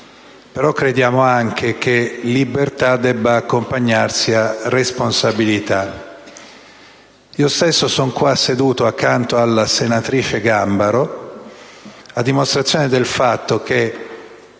però crediamo anche che libertà debba accompagnarsi a responsabilità. Io stesso sono qua seduto accanto alla senatrice Gambaro a dimostrazione del fatto che,